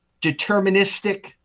deterministic